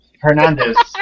Hernandez